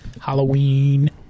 Halloween